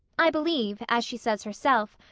i believe, as she says herself,